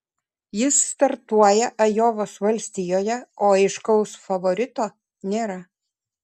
jis startuoja ajovos valstijoje o aiškaus favorito nėra